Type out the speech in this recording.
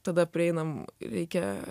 tada prieinam reikia